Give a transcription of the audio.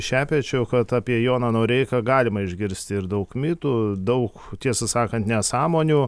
šepečiu kad apie joną noreiką galima išgirsti ir daug mitų daug tiesą sakant nesąmonių